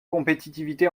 compétitivité